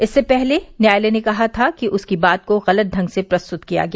इससे पहले न्यायालय ने कहा था कि उसकी बात को गलत ढंग से प्रस्तुत किया गया